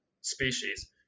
species